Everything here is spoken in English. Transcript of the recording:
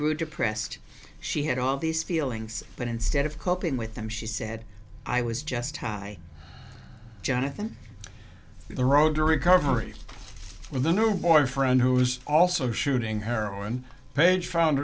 grew depressed she had all these feelings but instead of coping with them she said i was just hi jonathan the road to recovery with a new boyfriend who's also shooting heroin paige found